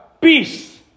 peace